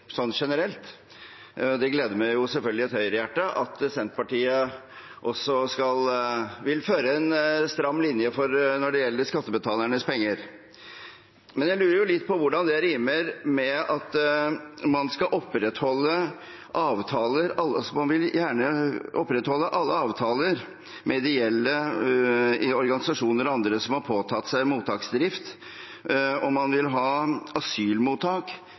generelt. Det gleder selvfølgelig et Høyre-hjerte at Senterpartiet også vil føre en stram linje når det gjelder skattebetalernes penger. Men jeg lurer litt på hvordan det rimer med at man gjerne vil opprettholde alle avtaler med ideelle organisasjoner og andre som har påtatt seg mottaksdrift, og man vil ha asylmottak